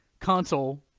console